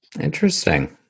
Interesting